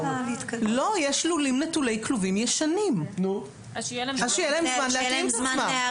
יש לולים נטולי כלובים ישנים אז שיהיה להם זמן להתאים את עצמם,